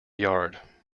yard